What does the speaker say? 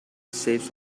saves